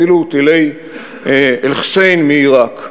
ואפילו טילי "אלחוסיין" מעיראק.